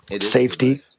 Safety